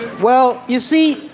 well, you see